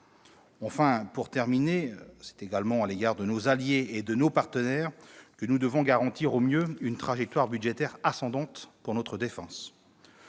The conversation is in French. Enfin, pour terminer, je dirai que c'est également par égard pour nos alliés et nos partenaires que nous devons garantir au mieux une trajectoire budgétaire ascendante pour notre défense.